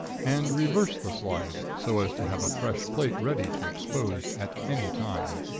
and reversed the slide, so as to have a fresh plate ready to expose at any time.